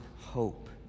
hope